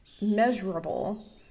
measurable